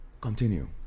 Continue